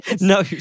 No